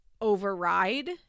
override